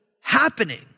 happening